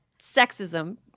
sexism